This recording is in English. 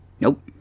nope